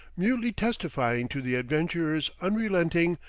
mutely testifying to the adventurer's unrelenting,